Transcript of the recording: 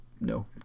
no